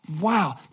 wow